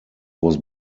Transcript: was